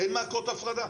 אין מעקות הפרדה,